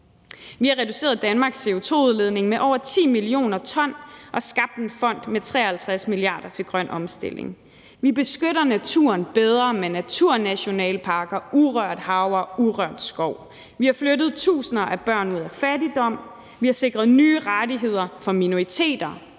vi har reduceret Danmarks CO2-udledning med over 10 mio. t og skabt en fond med 53 mia. kr. til grøn omstilling; vi beskytter naturen bedre med naturnationalparker, urørt hav og urørt skov; vi har flyttet tusinder af børn ud af fattigdom; vi har sikret nye rettigheder for minoriteter